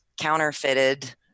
counterfeited